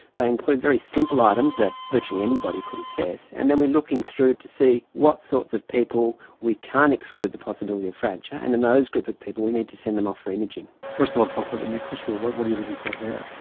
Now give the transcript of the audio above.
they include very simple items that virtually anybody could assess, and then we looking through to see what sorts of people we can't exclude the possibility of fracture, and in those group of people, we need to send them off for imaging. first of all talk about the nexus rule. what what are you looking for there?